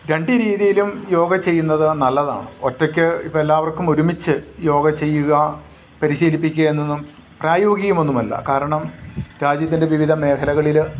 രണ്ട് രീതിയിലും യോഗ ചെയ്യുന്നത് നല്ലതാണ് ഒറ്റയ്ക്ക് ഇപ്പം എല്ലാവർക്കും ഒരുമിച്ച് യോഗ ചെയ്യുക പരിശീലിപ്പിക്കുക എന്നൊന്നും പ്രായോഗികമൊന്നുമല്ല കാരണം രാജ്യത്തിൻ്റെ വിവിധ മേഖലകളിൽ